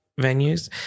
venues